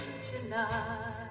tonight